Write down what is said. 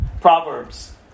Proverbs